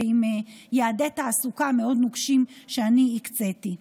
ועם יעדי תעסוקה מאוד נוקשים שאני הקציתי.